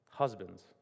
Husbands